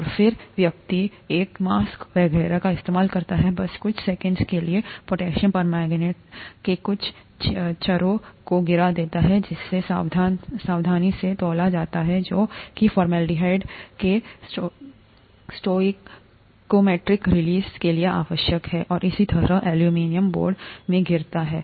और फिर व्यक्ति एक मास्क वगैरह का इस्तेमाल करता है बस कुछ सेकंड्स के लिए पोटेशियम परमैंगनेट के कुछ छर्रों को गिरा देता है जिसे सावधानी से तौला जाता है जो कि फॉर्मलाडिहाइड के स्टोइकोमेट्रिक रिलीज के लिए आवश्यक होता है और इसी तरह एल्यूमीनियम बोर्ड में गिरता है